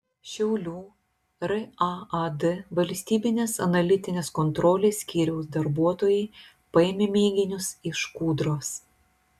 šiaulių raad valstybinės analitinės kontrolės skyriaus darbuotojai paėmė mėginius iš kūdros